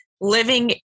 living